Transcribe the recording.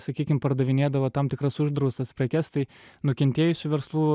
sakykim pardavinėdavo tam tikras uždraustas prekes tai nukentėjusių verslų